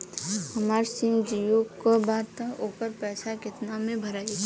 हमार सिम जीओ का बा त ओकर पैसा कितना मे भराई?